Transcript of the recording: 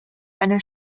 eine